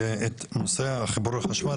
את נושא חיבורי החשמל.